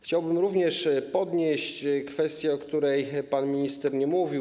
Chciałbym również podnieść kwestię, o której pan minister nie mówił.